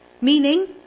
Meaning